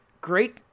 great